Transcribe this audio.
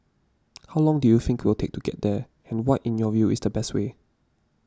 how long do you think we'll take to get there and what in your view is the best way